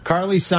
Carly